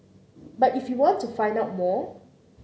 but if you want to find out more